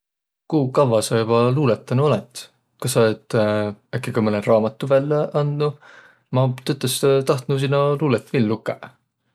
Ku kavva sa joba luulõtanuq olõt? Kas sa olõt äkki ka mõnõ raamadu vällä andnuq? Ma tõtõstõ tahtnuq sino luulõt viil lukõq.